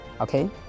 okay